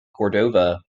cordova